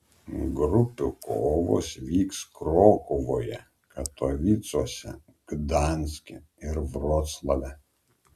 grupių kovos vyks krokuvoje katovicuose gdanske ir vroclave